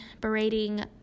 berating